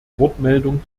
wortmeldung